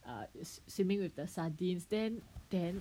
ah it's swimming with the sardines then then